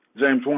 James